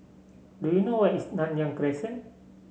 do you know where is Nanyang Crescent